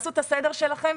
תעשו את הסדר שלכם,